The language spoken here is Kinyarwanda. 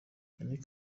yannick